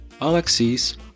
Alexis